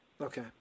Okay